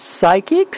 psychics